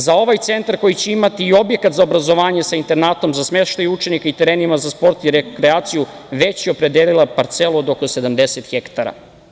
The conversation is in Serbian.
Za ovaj centar koji će imati i objekat za obrazovanje sa internatom za smeštaj učenika i terenima za sport i rekreaciju već je opredelila parcelu od oko 70 hektara.